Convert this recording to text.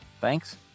Thanks